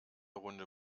runde